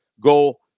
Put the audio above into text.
go